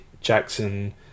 Jackson